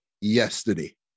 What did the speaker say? yesterday